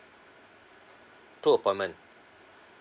two appointment